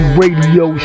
radio